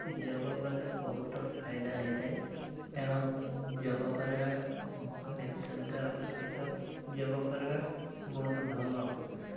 ଯୋଗ କଲେ ବହୁତ ଫାଇଦା ହେଇଥାଏ ତେଣୁ ଯୋଗ କରିବା ନିତ୍ୟନ୍ତ ଆବଶ୍ୟକ ଯୋଗ କରିବା ବହୁତ ଭଲ